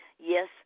Yes